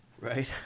right